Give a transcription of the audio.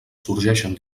sorgeixen